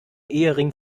ehering